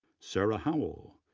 sarah howell,